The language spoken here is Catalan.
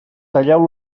talleu